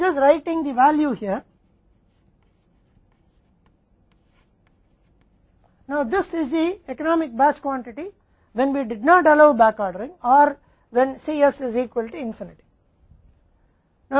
मैं यहां केवल मूल्य लिख रहा हूं अब यह आर्थिक बैच मात्रा है जब हमने बैकऑर्डरिंग की अनुमति नहीं दी थी या जब Cs अनंत के बराबर है